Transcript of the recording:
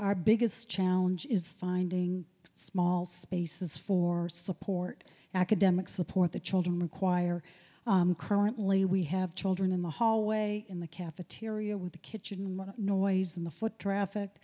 our biggest challenge is finding small spaces for support academic support the children require currently we have children in the hallway in the cafeteria with the kitchen much noise than the foot traffic